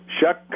shuck